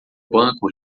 banco